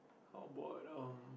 how bored um